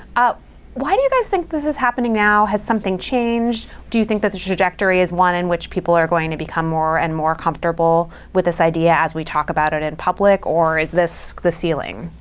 ah why do you guys think this is happening now? has something changed? do you think that the trajectory is one in which people are going to become more and more comfortable with this idea as we talk about it in public? or is this the ceiling?